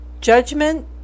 Judgment